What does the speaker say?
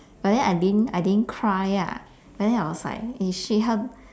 but then I didn't I didn't cry lah but then I was like eh shit how